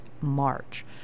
March